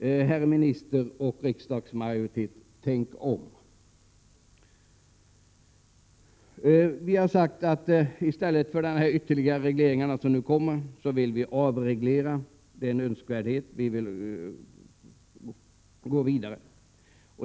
Herr minister och riksdagsmajoritet, tänk om! Vi har sagt att vi i stället för de ytterligare regleringar som föreslås vill avreglera. Det är önskvärt. Vi vill gå vidare.